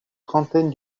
trentaine